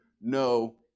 No